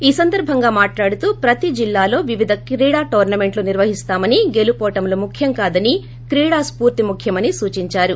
ఈ సందర్బంగా మాట్లాడుతూ ప్రతీ జిల్లాలో వివిధ క్రీడా టోర్నమెంట్లు నిర్వహిస్తామని గెలుపోటములు ముఖ్యం కాదని క్రీడా స్పూర్తి ముఖ్యమని సూచిందారు